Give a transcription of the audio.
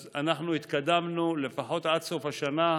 אז אנחנו התקדמנו לפחות עד סוף השנה,